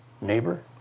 Neighbor